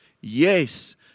Yes